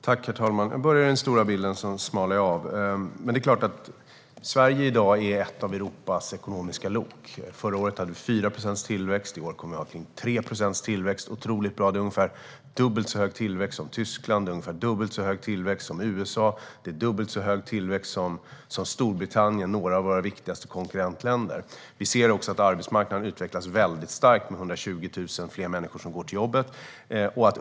Herr talman! Jag börjar med den stora bilden och snävar sedan in perspektivet. Sverige är i dag ett av Europas ekonomiska lok. Förra året hade vi 4 procents tillväxt, och i år kommer vi att ha runt 3 procents tillväxt. Det är otroligt bra. Det är ungefär dubbelt så hög tillväxt som Tyskland, USA eller Storbritannien, för att nämna några av våra viktigaste konkurrentländer. Vi ser också att arbetsmarknaden utvecklas väldigt starkt, med 120 000 fler människor som går till jobbet.